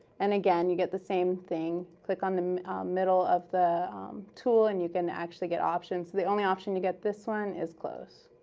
and again, you get the same thing click on the middle of the um tool and you can actually get options. the only option you get with this one is close.